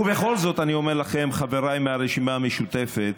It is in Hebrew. ובכל זאת אני אומר לכם: חבריי מהרשימה המשותפת,